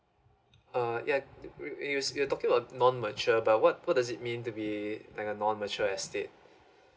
uh yeah you you talking about non mature about what does it mean to be like a non mature estate